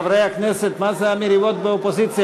חברי הכנסת, מה זה המריבות באופוזיציה?